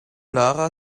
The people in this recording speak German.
lara